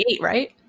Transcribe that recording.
right